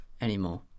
anymore